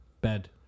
Bed